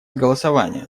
голосования